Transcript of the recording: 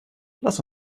lass